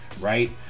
right